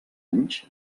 anys